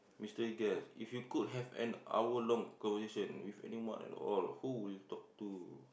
Mister guest if you could have an hour long conversation with anyone at all who would you talk to